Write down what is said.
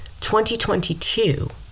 2022